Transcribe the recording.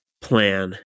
plan